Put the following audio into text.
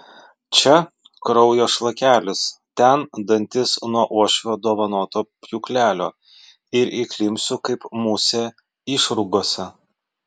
čia kraujo šlakelis ten dantis nuo uošvio dovanoto pjūklelio ir įklimpsiu kaip musė išrūgose